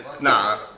Nah